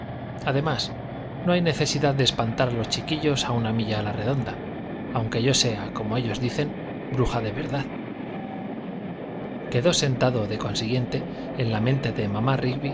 además no hay necesidad de espantar a los chiquillos a una milla a la redonda aunque yo sea como ellos dicen bruja de verdad quedó sentado de consiguiente en la mente de mamá